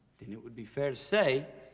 then it would be fair to say